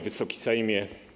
Wysoki Sejmie!